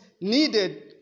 needed